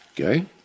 Okay